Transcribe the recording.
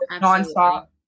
non-stop